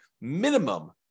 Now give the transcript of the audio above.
minimum